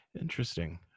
Interesting